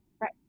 right